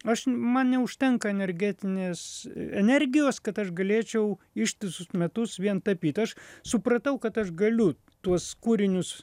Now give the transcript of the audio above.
aš man neužtenka energetinės energijos kad aš galėčiau ištisus metus vien tapyt aš supratau kad aš galiu tuos kūrinius